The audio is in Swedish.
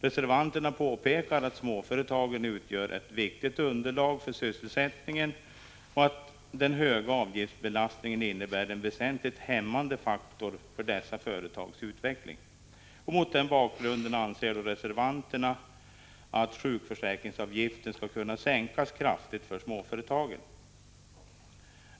Reservanterna påpekar att småföretagen utgör ett viktigt underlag för sysselsättningen och att den höga avgiftsbelastningen innebär en väsentligt hämmande faktor för dessa företags utveckling. Mot den bakgrunden anser reservanterna att sjukförsäkringsavgiften skall kunna sänkas kraftigt för småföretagen.